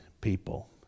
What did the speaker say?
people